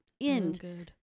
End